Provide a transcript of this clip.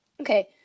Okay